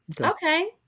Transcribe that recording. Okay